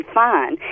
fine